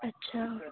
अच्छा